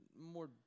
more